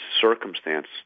circumstance